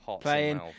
playing